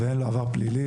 ושאין לו עבר פלילי.